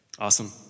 Awesome